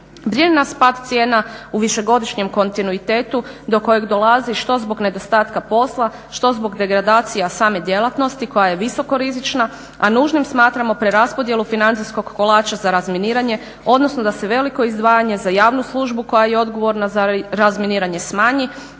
Brine nas pad cijena u višegodišnjem kontinuitetu do kojeg dolazi što zbog nedostatka posla, što zbog degradacije same djelatnosti koja je visoko rizična a nužnom smatramo preraspodjelu financijskog kolača za razminiranje, odnosno da se veliko izdvajanje za javnu službu koja je odgovorna za razminiranje smanji,